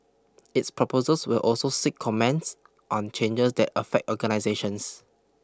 it's proposals will also seek comments on changes that affect organisations